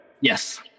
Yes